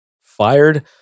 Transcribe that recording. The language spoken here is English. fired